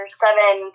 seven